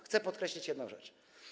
Chcę podkreślić jedną rzecz.